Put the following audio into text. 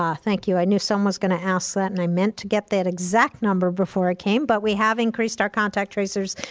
ah thank you, i knew someone was gonna ask that, and i meant to get that exact number before i came, but we have increased our contact tracers.